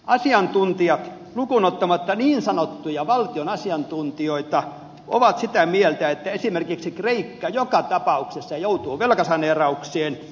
asiantuntijat lukuunottamatta niin sanottuja valtion asiantuntijoita ovat sitä mieltä että esimerkiksi kreikka joka tapauksessa joutuu velkasaneeraukseen